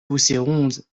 bousséronde